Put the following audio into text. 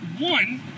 One